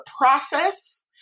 process